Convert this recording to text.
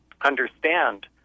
understand